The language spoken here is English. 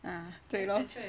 ah 对 lor